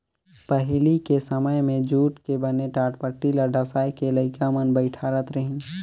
पहिली के समें मे जूट के बने टाटपटटी ल डसाए के लइका मन बइठारत रहिन